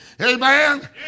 Amen